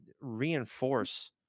reinforce